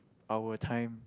our time